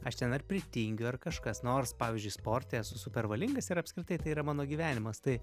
aš ten ar pritingiu ar kažkas nors pavyzdžiui sporte esu super valingas ir apskritai tai yra mano gyvenimas tai